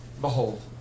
Behold